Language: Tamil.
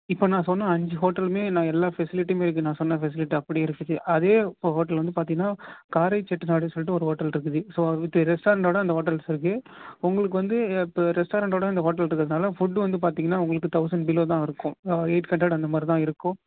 இப்போ நான் சொன்ன அஞ்சு ஹோட்டலுமே நான் எல்லா ஃபெசிலிட்டியுமே இருக்குது நான் சொன்ன ஃபெசிலிட்டி அப்படியே இருக்குது அதே ஹோட்டல் வந்து பார்த்தீங்கன்னா காரை செட்டிநாடுனு சொல்லிட்டு ஒரு ஹோட்டல் இருக்குது ஸோ அது வித் ரெஸ்டாரண்ட்டோடு அந்த ஹோட்டல்ஸ் இருக்குது உங்களுக்கு வந்து அது ரெஸ்டாரண்ட்டோடு அந்த ஹோட்டல் இருக்கிறதுனால ஃபுட்டும் வந்து பார்த்தீங்கன்னா உங்களுக்கு தௌசண்ட் பிளோ தான் இருக்கும் எயிட் ஹண்ட்ரட் அந்தமாதிரிதான் இருக்கும்